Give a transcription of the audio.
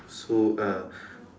so uh